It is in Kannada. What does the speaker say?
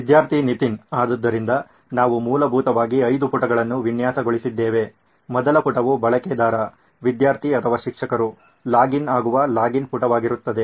ವಿದ್ಯಾರ್ಥಿ ನಿತಿನ್ ಆದ್ದರಿಂದ ನಾವು ಮೂಲಭೂತವಾಗಿ ಐದು ಪುಟಗಳನ್ನು ವಿನ್ಯಾಸಗೊಳಿಸಿದ್ದೇವೆ ಮೊದಲ ಪುಟವು ಬಳಕೆದಾರ ವಿದ್ಯಾರ್ಥಿ ಅಥವಾ ಶಿಕ್ಷಕರು ಲಾಗ್ ಇನ್ ಆಗುವ ಲಾಗಿನ್ ಪುಟವಾಗಿರುತ್ತದೆ